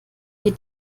die